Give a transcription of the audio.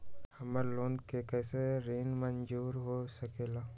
हमार लोगन के कइसन ऋण मंजूर हो सकेला?